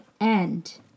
end